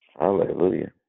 Hallelujah